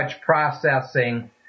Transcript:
processing